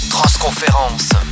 Transconférence